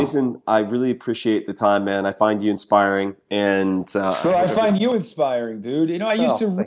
jason, i really appreciate the time man. i find you inspiring. and so so i find you inspiring, dude. you know i used to,